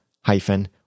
hyphen